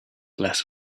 less